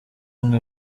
mwe